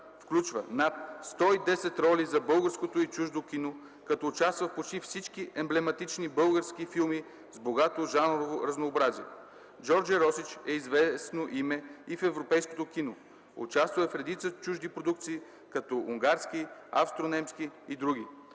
включва над 110 роли в българското и чуждо кино, като участва в почти всички емблематични български филми с богато жанрово разнообразие. Джордже Росич е известно име и в европейското кино – участвал е в редица чужди продукции, като унгарски, австрийско-немски и други.